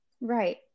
Right